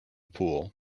pool